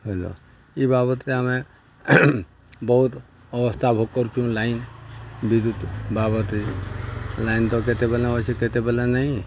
ହେଲ ଇ ବାବଦରେ ଆମେ ବହୁତ ଅବସ୍ଥା ଭୋଗ କରୁଚୁଁ ଲାଇନ ବିଦ୍ୟୁତ ବାବଦରେ ଲାଇନ ତ କେତେବେଲେ ଅଛି କେତେବେଲେ ନାଇଁ